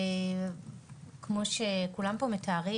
כמו שכולם פה מתארים,